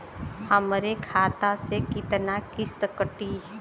हमरे खाता से कितना किस्त कटी?